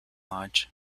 lodge